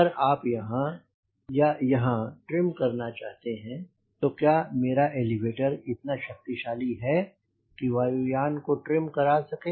अगर आप यहाँ या यहाँ ट्रिम करना चाहते हैं तो क्या मेरा एलीवेटर इतना शक्तिशाली है कि वायु यान को ट्रिम करा सके